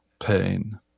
pain